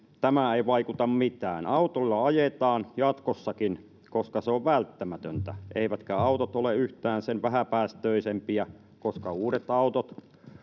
tämä ei vaikuta mitään autolla ajetaan jatkossakin koska se on välttämätöntä eivätkä autot ole yhtään sen vähäpäästöisempiä koska uudet autot